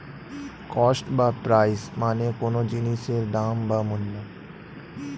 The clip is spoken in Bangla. কস্ট বা প্রাইস মানে কোনো জিনিসের দাম বা মূল্য